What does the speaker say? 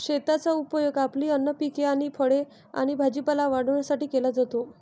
शेताचा उपयोग आपली अन्न पिके आणि फळे आणि भाजीपाला वाढवण्यासाठी केला जातो